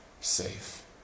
safe